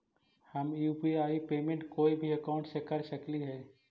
हम UPI payment कोई भी अकाउंट से कर सकली हे?